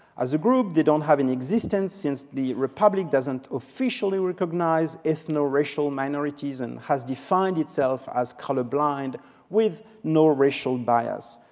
as a group, they don't have an existence, since the republic doesn't officially recognize ethnoracial minorities and has defined itself as colorblind with no racial bias.